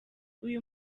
uyu